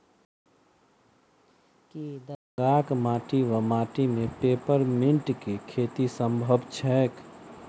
की दरभंगाक माटि वा माटि मे पेपर मिंट केँ खेती सम्भव छैक?